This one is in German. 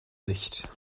licht